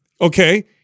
Okay